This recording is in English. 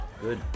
Good